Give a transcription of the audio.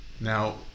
Now